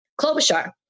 Klobuchar